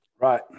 right